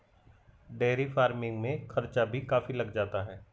dairy farming में खर्चा भी काफी लग जाता है